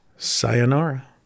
Sayonara